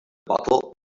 bottle